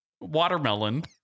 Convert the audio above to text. watermelon